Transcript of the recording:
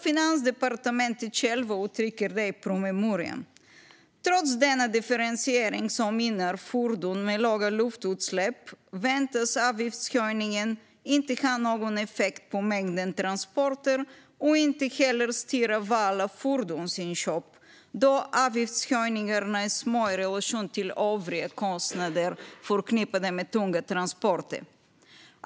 Finansdepartementet självt uttrycker det så här i promemorian: "Trots denna differentiering som gynnar fordon med låga luftutsläpp väntas avgiftshöjningen inte ha någon effekt på mängden transporter och inte heller styra val av fordonsinköp, då avgiftshöjningarna är små i relation till övriga kostnader förknippade med tunga transporter.